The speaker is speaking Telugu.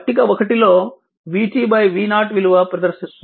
పట్టిక 1లో v t v 0 విలువ ప్రదర్శిస్తుంది